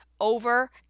over